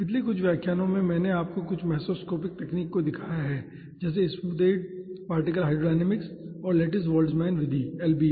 पिछले कुछ व्याख्यानों में मैंने आपको कुछ मेसोस्कोपिक तकनीकों को दिखाया है जैसे स्मूथेड पार्टिकल हाइड्रोडायनामिक्स और लैटिस बोल्ट्जमैन विधि LBM